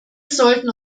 sollten